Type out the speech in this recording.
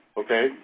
okay